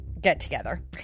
get-together